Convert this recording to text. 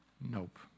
Nope